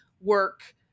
work